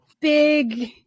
Big